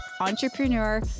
entrepreneur